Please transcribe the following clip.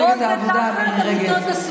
כל זה תחת עמותות השמאל.